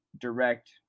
direct